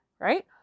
Right